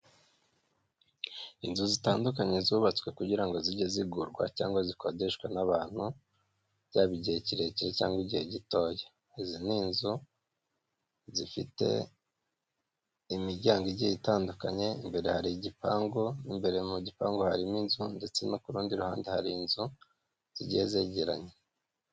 Inzu zitandukanye zubatswe kugira ngo zijye zigurwa cyangwa zikodeshwa n'abantu byaba igihe kirekire cyangwa igihe gitoya. izi ni inzu zifite imiryango igiye itandukanye imbere hari igipangu imbere mu gipangu harimo inzu ndetse no ku rundi ruhande hari inzu zigiye zegeranye.